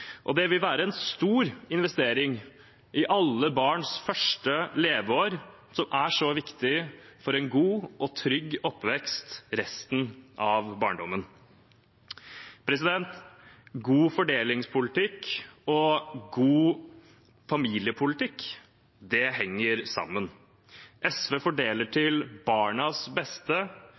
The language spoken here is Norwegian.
fordelingspolitikk. Det vil være en stor investering i alle barns første leveår, som er så viktig for en god og trygg oppvekst resten av barndommen. God fordelingspolitikk og god familiepolitikk henger sammen. SV fordeler til barnas beste,